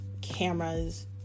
cameras